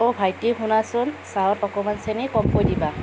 অ' ভাইটি শুনাচোন চাহত অকণমান চেনি কমকৈ দিবা